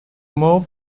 more